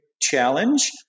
challenge